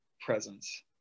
presence